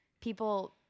people